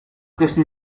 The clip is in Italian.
questi